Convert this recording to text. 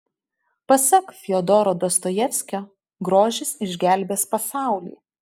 pasak fiodoro dostojevskio grožis išgelbės pasaulį